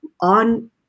on